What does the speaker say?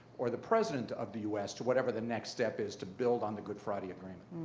or the president of the us, to whatever the next step is, to build on the good friday agreement?